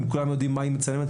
אם כולם יודעים מה היא מצלמת,